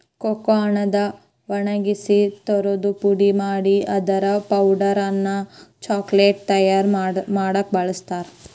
cocoa ಹಣ್ಣನ್ನ ಒಣಗಿಸಿ ತುರದು ಪುಡಿ ಮಾಡಿ ಅದರ ಪೌಡರ್ ಅನ್ನ ಚಾಕೊಲೇಟ್ ತಯಾರ್ ಮಾಡಾಕ ಬಳಸ್ತಾರ